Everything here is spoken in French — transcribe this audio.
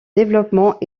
développement